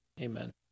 amen